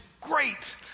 great